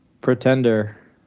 Pretender